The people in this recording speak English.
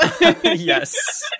Yes